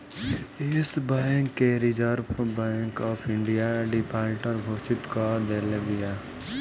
एश Bank के Reserve Bank of India defaulter घोषित कअ देले बिया